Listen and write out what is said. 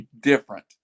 different